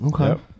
Okay